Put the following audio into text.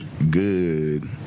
Good